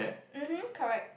mmhmm correct